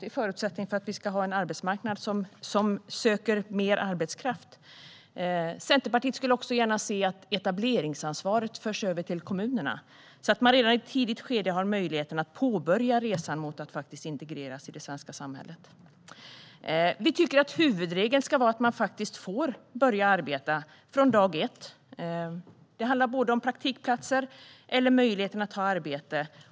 Det är förutsättningen för att vi ska ha en arbetsmarknad som söker mer arbetskraft. Centerpartiet skulle också gärna se att etableringsansvaret förs över till kommunerna, så att man redan i ett tidigt skede har möjligheten att påbörja resan mot att faktiskt integreras i det svenska samhället. Vi tycker att huvudregeln ska vara att man får börja arbeta från dag ett. Det handlar både om praktikplatser och om möjligheten att ha arbete.